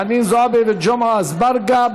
חנין זועבי וג'מעה אזברגה,